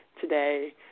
today